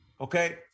Okay